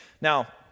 Now